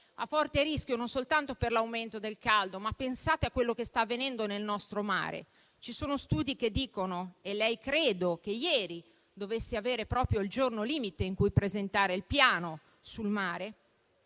a forte rischio, non soltanto per l'aumento del caldo: pensate a quello che sta avvenendo nel nostro mare; ci sono studi che indicano - e credo che per lei ieri fosse il giorno limite per presentare il piano sul mare